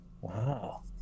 Wow